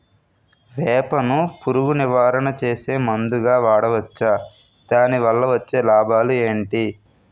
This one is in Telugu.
వేప ను పురుగు నివారణ చేసే మందుగా వాడవచ్చా? దాని వల్ల వచ్చే లాభాలు ఏంటి?